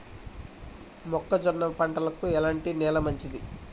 మొక్క జొన్న పంటకు ఎలాంటి నేల మంచిది?